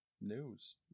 news